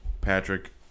Patrick